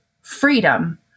freedom